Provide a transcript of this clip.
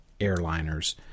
airliners